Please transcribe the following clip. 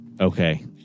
Okay